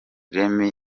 remy